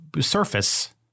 surface